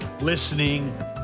listening